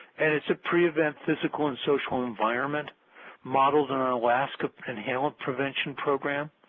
and is a pre-event physical and social environment modeled on an alaska inhalant prevention program.